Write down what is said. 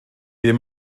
ddim